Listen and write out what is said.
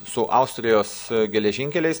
su austrijos geležinkeliais